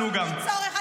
אין צורך.